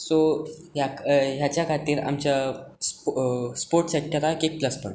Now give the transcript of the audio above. so हाच्या खातीर आमच्या स्पोर्ट्स सेक्टराक एक प्लस पॉयंट